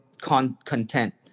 content